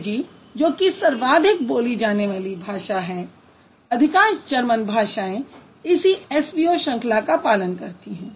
अंग्रेज़ी जो कि सर्वाधिक बोली जाने वाली भाषा है अधिकांश जर्मन भाषाएँ इसी SVO श्रंखला का पालन करतीं हैं